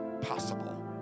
possible